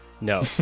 No